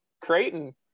creighton